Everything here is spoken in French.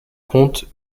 compte